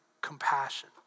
compassion